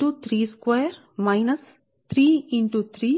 two 3y square minus 3y plus 1అనగా S3y2 3y1 మొదటిదానికి y 1 ప్రతిక్షేపిస్తే మీకు S 1అని వస్తుంది